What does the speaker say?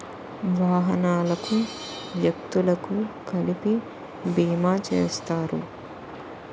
వాహనాలకు వ్యక్తులకు కలిపి బీమా చేస్తారు